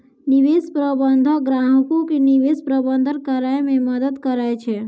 निवेश प्रबंधक ग्राहको के निवेश प्रबंधन करै मे मदद करै छै